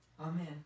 Amen